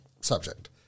subject